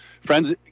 friends